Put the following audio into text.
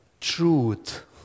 truth